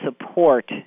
support